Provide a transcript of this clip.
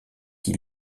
qui